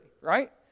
right